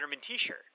t-shirt